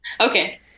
Okay